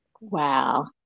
Wow